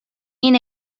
این